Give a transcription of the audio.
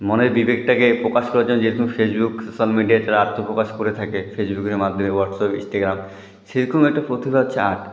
মনের বিবেকটাকে প্রকাশ করার জন্য যেহেতু ফেসবুক সোশ্যাল মিডিয়ায় তারা আত্মপ্রকাশ করে থাকে ফেসবুকের মাধ্যমে হোয়াটস অ্যাপ ইনস্টাগ্রাম সেরকম একটা প্রতিভা হচ্ছে আর্ট